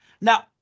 Now